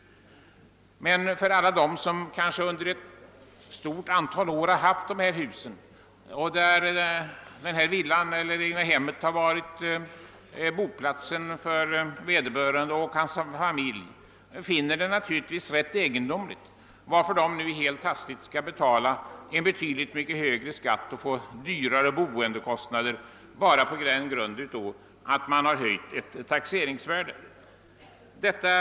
Men för alla dem som kanske under ett stort antal år har ägt en villa eller eget hem som varit boplatsen för vederbörande och hans familj, verkar det egendomligt att plötsligt behöva betala en betydligt högre skatt och få en dyrare boendekostnad bara på grund av att ett taxeringsvärde höjs.